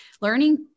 learning